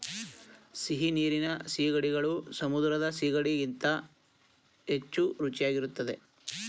ಸಿಹಿನೀರಿನ ಸೀಗಡಿಗಳು ಸಮುದ್ರದ ಸಿಗಡಿ ಗಳಿಗಿಂತ ಹೆಚ್ಚು ರುಚಿಯಾಗಿರುತ್ತದೆ